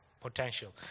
potential